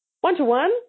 one-to-one